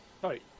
Sorry